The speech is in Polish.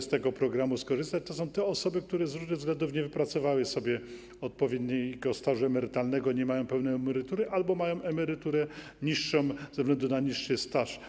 Z tego programu mogą skorzystać osoby, które z różnych względów nie wypracowały sobie odpowiedniego stażu emerytalnego i nie mają pełnej emerytury albo mają emeryturę niższą ze względu na krótszy staż.